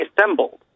assembled